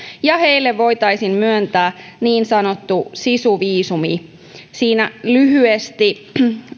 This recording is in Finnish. ja heille voitaisiin myöntää niin sanottu sisuviisumi siinä lyhyesti